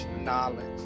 knowledge